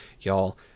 y'all